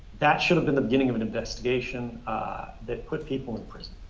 that should have been the beginning of an investigation that put people in prison.